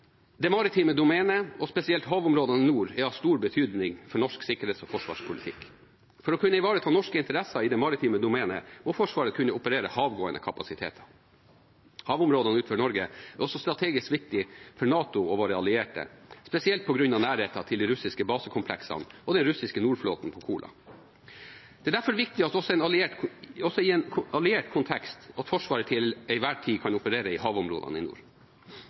Det maritime domenet, og spesielt havområdene i nord, er av stor betydning for norsk sikkerhets- og forsvarspolitikk. For å kunne ivareta norske interesser i det maritime domenet må Forsvaret kunne operere havgående kapasiteter. Havområdene utenfor Norge er også strategisk viktige for NATO og våre allierte, spesielt på grunn av nærheten til de russiske basekompleksene og den russiske nordflåten på Kola. Det er derfor viktig også i en alliert kontekst at Forsvaret til enhver tid kan operere i havområdene i nord.